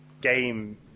game